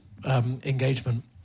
Engagement